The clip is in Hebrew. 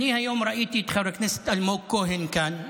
היום ראיתי את חבר הכנסת אלמוג כהן כאן.